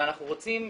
ואנחנו רוצים,